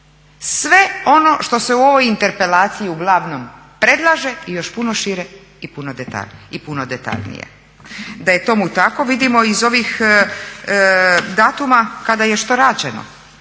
sve ono što se u ovoj interpelaciji uglavnom predlaže i još puno šire i puno detaljnije. Da je tome tako vidimo iz ovih datuma kada je što rađeno.